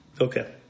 Okay